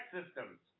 Systems